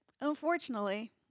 unfortunately